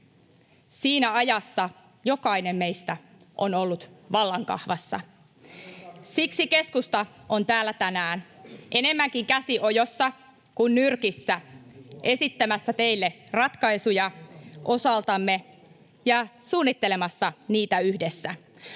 siinä ajassa jokainen meistä on ollut vallan kahvassa. [Antti Kurvisen välihuuto] Siksi keskusta on täällä tänään, enemmänkin käsi ojossa kuin nyrkissä, esittämässä teille ratkaisuja osaltamme ja suunnittelemassa niitä yhdessä.